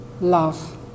love